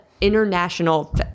international